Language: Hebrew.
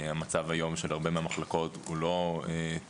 המצב של הרבה מהמחלקות היום הוא לא טוב,